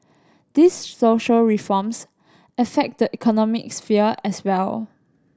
these social reforms affect the economic sphere as well